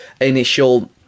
initial